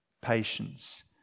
patience